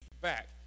back